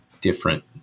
different